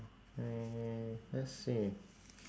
mm let's see